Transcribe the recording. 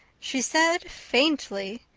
she said faintly,